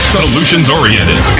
solutions-oriented